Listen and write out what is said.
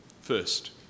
First